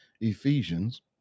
Ephesians